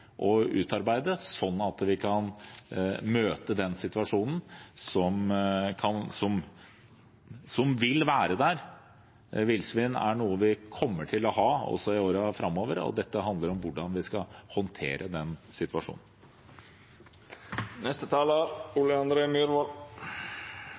utarbeide, slik at vi kan møte den situasjonen som vil være der. Villsvin er noe vi kommer til å ha også i årene framover, og dette handler om hvordan vi skal håndtere den